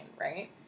right